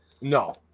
No